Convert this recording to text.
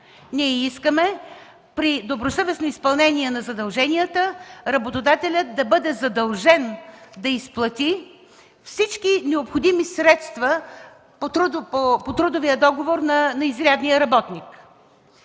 Ние искаме при добросъвестно изпълнение на задълженията работодателят да бъде задължен да изплати всички необходими средства по трудовия договор на изрядния работник.